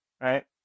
Right